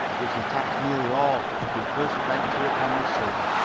which attacks nearly all who first venture upon the sea.